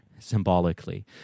symbolically